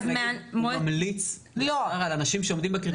הוא ממליץ על אנשים שעומדים בקריטריונים.